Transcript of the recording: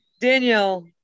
Daniel